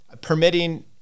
permitting